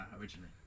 Originally